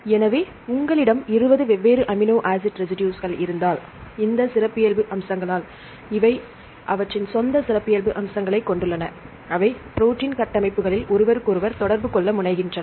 எனவே உங்களிடம் 20 வெவ்வேறு அமினோ ஆசிட் ரெசிடுஸ்கள் இருந்தால் இந்த சிறப்பியல்பு அம்சங்களால் அவை அவற்றின் சொந்த சிறப்பியல்பு அம்சங்களைக் கொண்டுள்ளன அவை ப்ரோடீன் கட்டமைப்புகளில் ஒருவருக்கொருவர் தொடர்பு கொள்ள முனைகின்றன